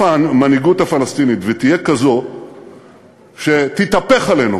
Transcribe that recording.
המנהיגות הפלסטינית ותהיה כזו שתתהפך עלינו,